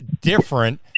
different